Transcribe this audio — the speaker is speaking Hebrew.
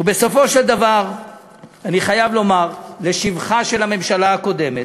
ובסופו של דבר אני חייב לומר לשבחה של הממשלה הקודמת,